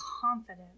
confident